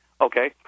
Okay